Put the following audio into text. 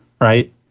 right